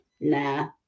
nah